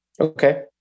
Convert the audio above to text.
Okay